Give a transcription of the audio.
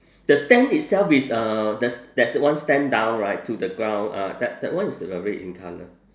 the stand itself is uh there's there's one stand down right to the ground uh that that one is uh red in colour